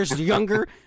younger